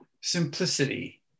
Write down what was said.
simplicity